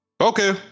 Okay